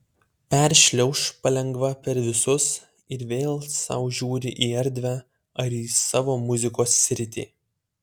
peršliauš palengva per visus ir vėl sau žiūri į erdvę ar į savo muzikos sritį